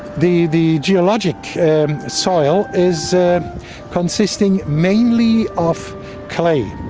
the the geologic soil is ah consisting mainly of clay.